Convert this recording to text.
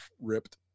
Ripped